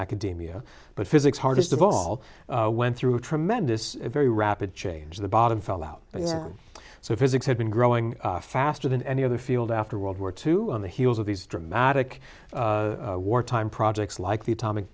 academia but physics hardest of all went through tremendous very rapid change the bottom fell out so physics had been growing faster than any other field after world war two on the heels of these dramatic wartime projects like the atomic